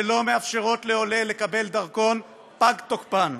שלא מאפשרות לעולה לקבל דרכון, פג תוקפן.